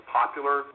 popular